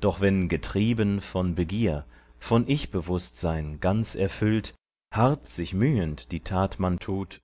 doch wenn getrieben von begier von ichbewußtsein ganz erfüllt hart sich mühend die tat man tut